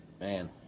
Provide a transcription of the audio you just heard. Man